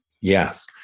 yes